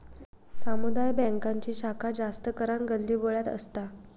समुदाय बॅन्कांची शाखा जास्त करान गल्लीबोळ्यात असता